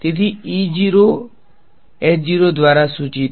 તેથી દ્વારા સૂચિત